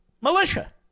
militia